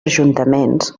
ajuntaments